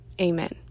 amen